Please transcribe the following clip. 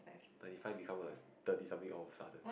ninety five become a thirty something all of sudden